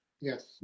yes